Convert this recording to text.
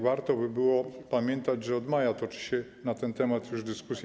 Warto by było pamiętać, że od maja toczy się na ten temat dyskusja.